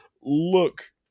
look